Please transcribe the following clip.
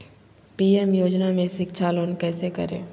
PM योजना में शिक्षा लोन कैसे करें?